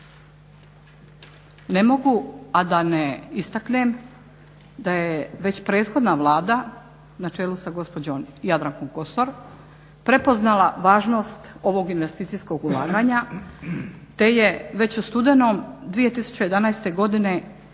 Ne mogu a da ne istaknem da je već prethodna Vlada na čelu sa gospođom Jadrankom Kosorom prepoznala važnost ovog investicijskog ulaganja te je već u studenom 2011. godine izrađen